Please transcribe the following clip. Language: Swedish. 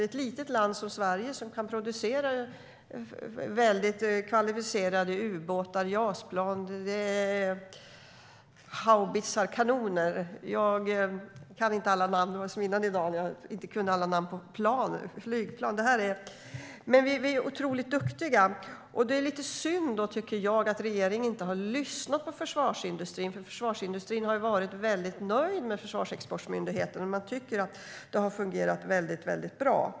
Ett litet land som Sverige kan producera kvalificerade ubåtar, JAS-plan, haubitsar och kanoner. Jag kan inte alla namn - tidigare i dag kunde jag inte alla namn på flygplan. Men vi är otroligt duktiga. Jag tycker att det är lite synd att regeringen inte har lyssnat på försvarsindustrin. Försvarsindustrin har nämligen varit nöjd med Försvarsexportmyndigheten. Man tycker att det har fungerat väldigt bra.